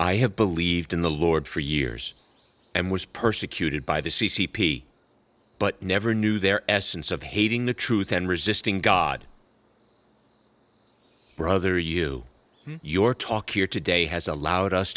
i have believed in the lord for years and was persecuted by the c c p but never knew their essence of hating the truth and resisting god brother you your talk here today has allowed us